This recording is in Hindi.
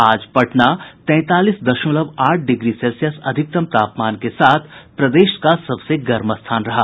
आज पटना तैंतालीस दशमलव आठ डिग्री सेल्सियस अधिकतम तापमान के साथ प्रदेश का सबसे गर्म स्थान रहा